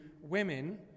women